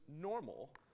normal